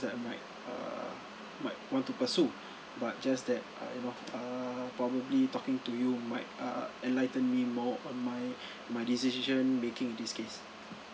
that I might err might want to pursue but just that kind of err probably talking to you might uh enlighten me more on my my decision making in this case